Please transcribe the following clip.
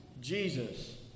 Jesus